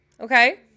Okay